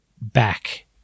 back